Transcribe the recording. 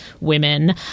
women